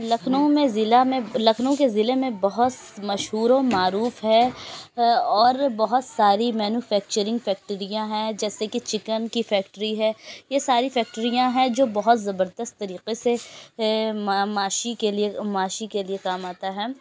لکھنؤ میں ضلع میں لکھنؤ کے ضلع میں بہت مشہور و معروف ہے اور بہت ساری مینوفیکچرنگ فیکٹریاں ہیں جیسے کہ چکن کی فیکٹری ہے یہ ساری فیکٹریاں ہیں جو بہت زبردست طریقے سے معاشی کے لیے معاشی کے لیے کام آتا ہے